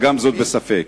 וגם זאת בספק.